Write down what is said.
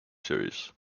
series